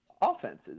offenses